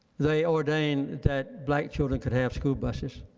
they ordained that black children could have school buses.